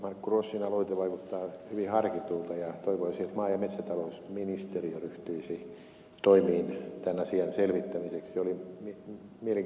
markku rossin aloite vaikuttaa hyvin harkitulta ja toivoisin että maa ja metsätalousministeriö ryhtyisi toimiin tämän asian selvittämiseksi